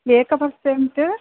एक पर्सेन्ट्